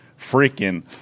freaking